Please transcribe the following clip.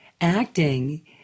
acting